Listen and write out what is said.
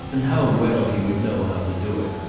and how well he would know how to do it.